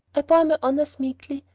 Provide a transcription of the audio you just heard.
i bore my honors meekly,